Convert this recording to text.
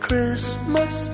Christmas